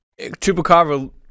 chupacabra